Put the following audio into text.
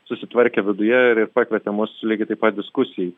susitvarkė viduje ir pakvietė mus lygiai taip pat diskusijai